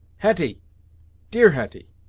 hetty dear hetty.